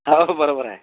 ह हो बरोबर आहे